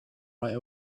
right